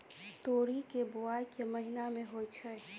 तोरी केँ बोवाई केँ महीना मे होइ छैय?